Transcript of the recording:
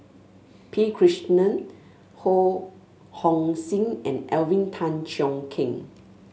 P Krishnan Ho Hong Sing and Alvin Tan Cheong Kheng